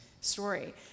story